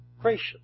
gracious